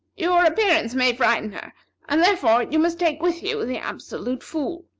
your appearance may frighten her and, therefore, you must take with you the absolute fool,